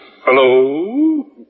Hello